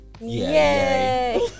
yay